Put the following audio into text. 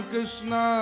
Krishna